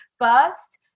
first